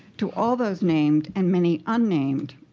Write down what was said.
to all those named and many unnamed